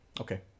Okay